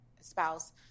spouse